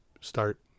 start